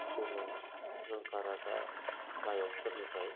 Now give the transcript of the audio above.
गुबुन रोंखा राखा गायकफोरनिफ्राय